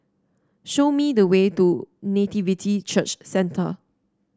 show me the way to Nativity Church Centre